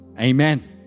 Amen